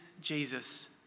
Jesus